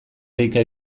deika